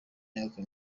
myaka